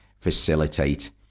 facilitate